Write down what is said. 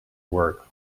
work